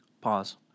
Pause